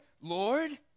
Lord